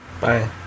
Bye